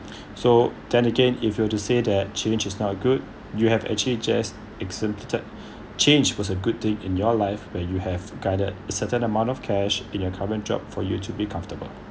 so then again if you were to say that change is not good you have actually just exempted change was a good thing in your life where you have guided a certain amount of cash in your current job for you to be comfortable